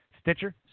stitcher